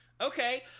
Okay